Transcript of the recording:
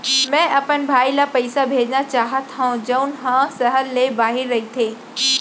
मै अपन भाई ला पइसा भेजना चाहत हव जऊन हा सहर ले बाहिर रहीथे